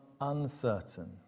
uncertain